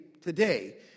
today